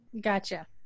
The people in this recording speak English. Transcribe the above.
Gotcha